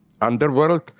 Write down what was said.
underworld